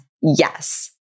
Yes